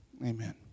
amen